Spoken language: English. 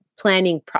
planning